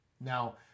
now